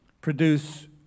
produce